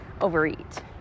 overeat